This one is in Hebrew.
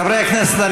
חברי הכנסת,